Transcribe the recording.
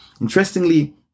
Interestingly